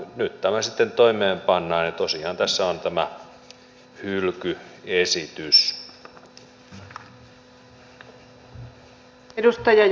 nyt tämä sitten toimeenpannaan ja tosiaan tässä on tämä hylkyesitys